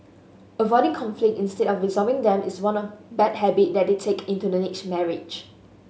avoiding conflicts instead of resolving them is one of bad habit that they take into the next marriage